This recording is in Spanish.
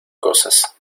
cosas